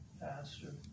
pastor